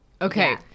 Okay